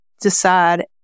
decide